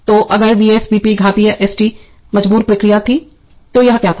तो अगर Vs Vp घातीय एस टी मजबूर प्रतिक्रिया थी तो यह क्या था